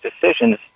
decisions